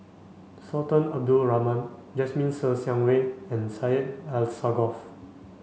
Sultan Abdul Rahman Jasmine Ser Xiang Wei and Syed Alsagoff